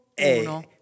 Uno